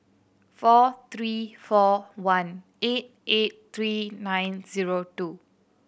four three four one eight eight three nine zero two